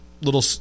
little